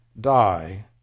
die